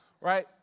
Right